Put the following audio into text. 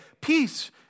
Peace